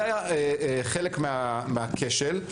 זה היה חלק מן הכשל.